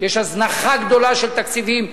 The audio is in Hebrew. שיש הזנחה גדולה של תקציבים,